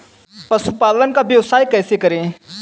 पशुपालन का व्यवसाय कैसे करें?